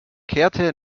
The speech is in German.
kehrte